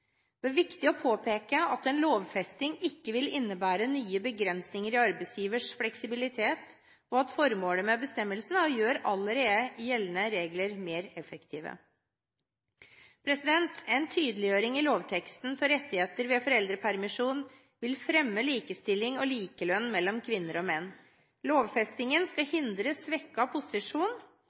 Det er viktig å påpeke at en lovfesting ikke vil innebære nye begrensninger i arbeidsgivers fleksibilitet, og at formålet med bestemmelsen er å gjøre allerede gjeldende regler mer effektive. En tydeliggjøring i lovteksten av rettigheter ved foreldrepermisjon vil fremme likestilling og likelønn mellom kvinner og menn. Lovfestingen skal hindre svekket posisjon,